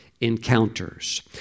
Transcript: encounters